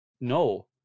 no